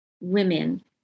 women